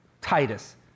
Titus